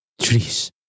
trees